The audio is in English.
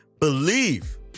believe